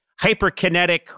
hyperkinetic